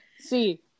see